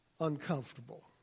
uncomfortable